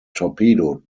torpedo